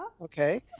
okay